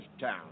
town